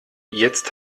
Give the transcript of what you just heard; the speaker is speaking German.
jetzt